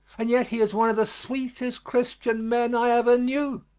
and yet he is one of the sweetest christian men i ever knew.